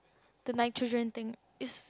the nitrogen thing is